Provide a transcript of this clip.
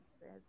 says